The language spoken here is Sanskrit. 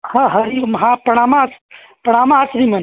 हा हरि ओम् हा प्रणामस् प्रणामाः श्रीमन्